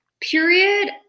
period